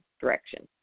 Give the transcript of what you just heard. direction